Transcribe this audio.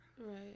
Right